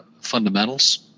fundamentals